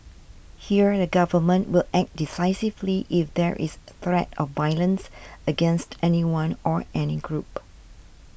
here the government will act decisively if there is threat of violence against anyone or any group